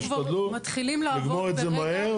אנחנו כבר מתחילים לעבוד ברגע --- תשתדלו לגמור את זה מהר.